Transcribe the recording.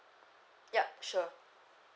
yup sure